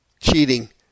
cheating